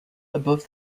above